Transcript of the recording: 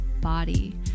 body